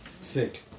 Sick